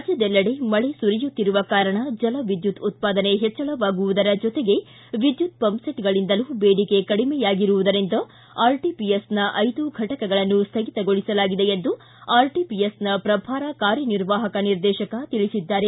ರಾಜ್ಯದೆಲ್ಲೆಡೆ ಮಳೆ ಸುರಿಯುತ್ತಿರುವ ಕಾರಣ ಜಲ ವಿದ್ಯುತ್ ಉತ್ಪಾದನೆ ಹೆಚ್ಚಳವಾಗುವುದರ ಜೊತೆಗೆ ವಿದ್ಯುತ್ ಪಂಪ್ಸೆಟ್ಗಳಿಂದಲೂ ಬೇಡಿಕೆ ಕಡಿಮೆಯಾಗಿರುವುದರಿಂದ ಆರ್ಟಿಪಿಎಸ್ನ ಐದು ಫಟಕಗಳನ್ನು ಸ್ವಗತಗೊಳಿಸಲಾಗಿದೆ ಎಂದು ಆರ್ಟಿಪಿಎಸ್ನ ಪ್ರಭಾರಿ ಕಾರ್ಯನಿರ್ವಾಹಕ ನಿರ್ದೇಶಕ ತಿಳಿಸಿದ್ದಾರೆ